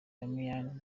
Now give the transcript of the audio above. damian